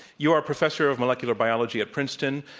you are a professor of molecular biology at princeton.